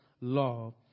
law